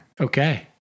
Okay